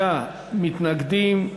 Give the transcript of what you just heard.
55 מתנגדים,